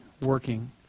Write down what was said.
working